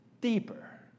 deeper